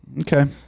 Okay